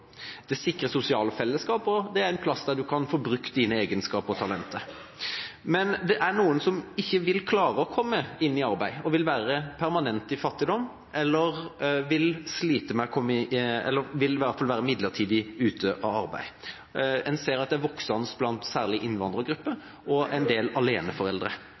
Det sikrer sosialt fellesskap, og det er en plass der en kan få brukt sine egenskaper og sitt talent. Men det er noen som ikke vil klare å komme inn i arbeid, som vil være permanent i fattigdom, eller som vil være midlertidig ute av arbeid. En ser at det er en voksende tendens særlig blant innvandrergrupper og en del